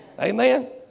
Amen